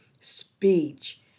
speech